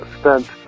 spent